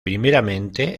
primeramente